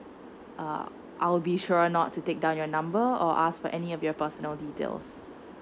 uh I'll be sure not to take down your number or ask for any of your personal details